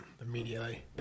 immediately